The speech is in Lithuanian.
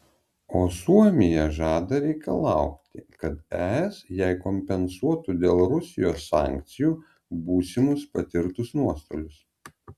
o suomija žada reikalauti kad es jai kompensuotų dėl rusijos sankcijų būsimus patirtus nuostolius